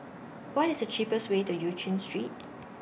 What IS The cheapest Way to EU Chin Street